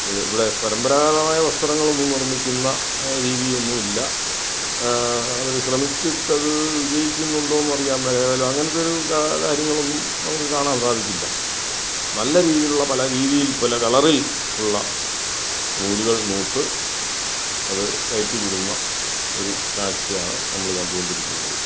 ഇത് ഇവിടെ പരമ്പരാഗതമായ വസ്ത്രങ്ങളൊന്നും നിർമ്മിക്കുന്ന രീതി ഒന്നും ഇല്ല അവർ ശ്രമിച്ചിട്ടത് വിജയിക്കുന്നുണ്ടോ എന്ന് അറിയാൻ മേല ഏതായാലും അങ്ങനത്തെയൊരു ക കാര്യങ്ങളൊന്നും നമുക്ക് കാണാൻ സാധിക്കില്ല നല്ല രീതിയിലുള്ള പല രീതിയിൽ പല കളറിൽ ഉള്ള നൂലുകൾ നൂറ്റ് അത് കയറ്റി വിടുന്ന ഒരു കാഴ്ചയാണ് നമ്മൾ കണ്ട് കൊണ്ടിരിക്കുന്നത്